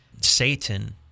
Satan